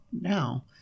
now